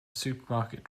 supermarket